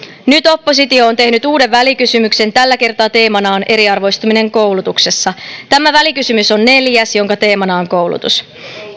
nyt oppositio on tehnyt uuden välikysymyksen tällä kertaa teemana on eriarvoistuminen koulutuksessa tämä välikysymys on neljäs jonka teemana on koulutus